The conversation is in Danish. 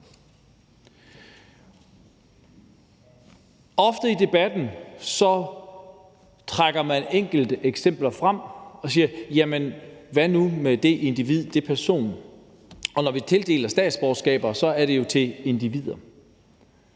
Ofte i debatten trækker man enkelte eksempler frem og siger: Jamen hvad nu med det individ og den person? Når vi tildeler statsborgerskaber, er det jo til individer,